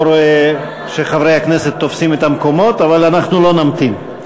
אני לא רואה שחברי הכנסת תופסים את המקומות אבל אנחנו לא נמתין.